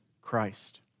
Christ